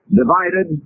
divided